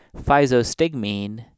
physostigmine